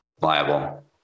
liable